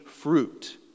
fruit